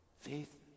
faith